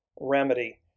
remedy